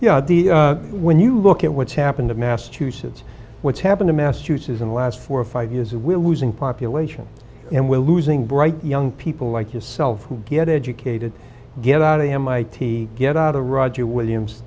economy when you look at what's happened to massachusetts what's happened in massachusetts in the last four or five years we're losing population and we're losing bright young people like yourself who get educated get out of the mit get out of roger williams